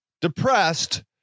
depressed